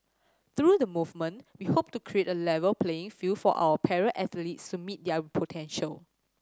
through the movement we hope to create a level playing field for our para athletes to meet their potential